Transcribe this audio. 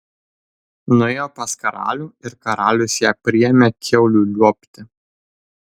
nuėjo pas karalių ir karalius ją priėmė kiaulių liuobti